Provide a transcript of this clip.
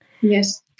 Yes